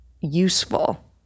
useful